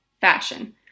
fashion